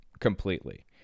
completely